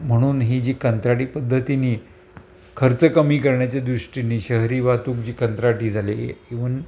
म्हणून ही जी कंत्राटी पद्धतीनी खर्च कमी करण्याच्या दृष्टीनी शहरी वाहतूक जी कंत्राटी झाली इव्हन